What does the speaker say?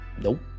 Nope